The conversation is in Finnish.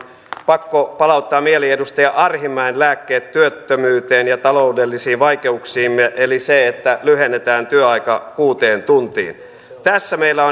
pakko palauttaa mieliin edustaja arhinmäen lääkkeet työttömyyteen ja taloudellisiin vaikeuksiimme eli se että lyhennetään työaika kuuteen tuntiin tässä meillä